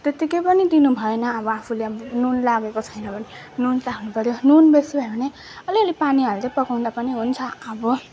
त्यत्तिकै पनि दिनु भएन अब आफूले अब नुन लागेको छैन भने नुन चाख्नु पऱ्यो नुन बेसी भयो भने अलि अलि पानी हाल्दै पकाउँदा पनि हुन्छ अब